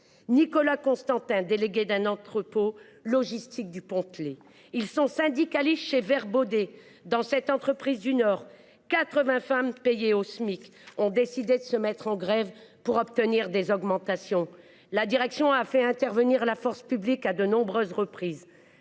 Nicolas Constantin, délégué d’un entrepôt logistique du Pontet… Ils sont syndicalistes chez VertBaudet : dans cette entreprise du Nord, quatre vingts femmes payées au Smic ont décidé de se mettre en grève pour obtenir des augmentations. La direction a fait intervenir la force publique à de nombreuses reprises